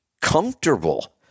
comfortable